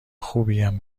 خوبیم